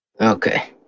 Okay